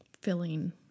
filling